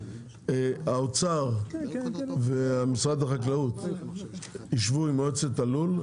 האוצר ומשרד החקלאות ישבו עם מועצת הלול,